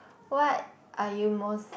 what are you most